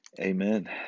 Amen